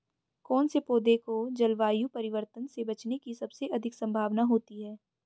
कौन से पौधे को जलवायु परिवर्तन से बचने की सबसे अधिक संभावना होती है?